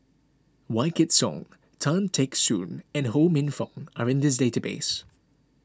Wykidd Song Tan Teck Soon and Ho Minfong are in this database